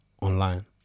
Online